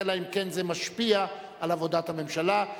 אלא אם כן זה משפיע על עבודת הממשלה.